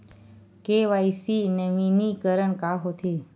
KYC नवीनीकरण का होथे?